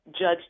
Judge